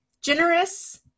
generous